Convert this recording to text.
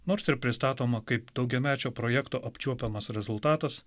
nors ir pristatoma kaip daugiamečio projekto apčiuopiamas rezultatas